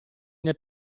nel